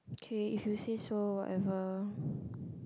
okay if you say so whatever